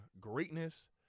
greatness